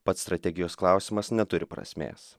pats strategijos klausimas neturi prasmės